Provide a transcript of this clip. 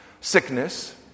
sickness